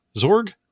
Zorg